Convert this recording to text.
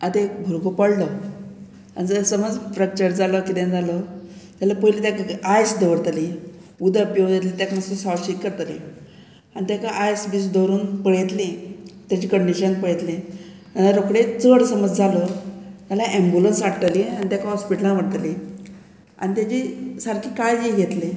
आतां एक भुरगो पडलो आनी जर समज फ्रॅक्चर जालो किदें जालो जाल्यार पयलीं तेका आयस दवरतली उदक बिवन तेका मातसो साहशिक करतली आनी तेका आयस बीस दवरून पळयतली तेजी कंडीशन पळयतली रोखडे चड समज जालो जाल्यार एम्बुलंस हाडटली आनी तेका हॉस्पिटलान वरतली आनी तेजी सारकी काळजी घेतली